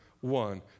one